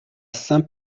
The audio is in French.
saint